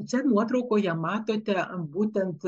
čia nuotraukoje matote būtent